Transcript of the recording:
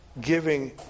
giving